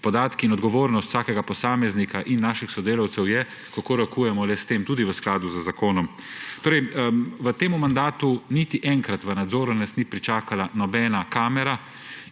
podatki. Odgovornost vsakega posameznika in naših sodelavcev je, kako rokujemo s temi tudi v skladu z zakonom. V tem mandatu nas niti enkrat v nadzoru ni pričakala nobena kamera